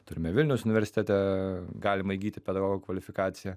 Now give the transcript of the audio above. turime vilniaus universitete galima įgyti pedagogo kvalifikaciją